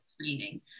training